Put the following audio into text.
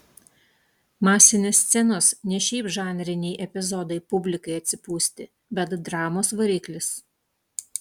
masinės scenos ne šiaip žanriniai epizodai publikai atsipūsti bet dramos variklis